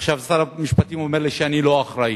עכשיו שר המשפטים אומר לי: אני לא אחראי.